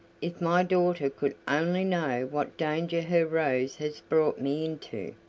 if my daughter could only know what danger her rose has brought me into!